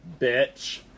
bitch